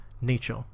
nature